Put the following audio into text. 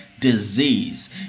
disease